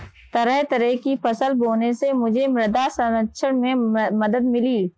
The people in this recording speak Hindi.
तरह तरह की फसल बोने से मुझे मृदा संरक्षण में मदद मिली